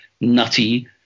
nutty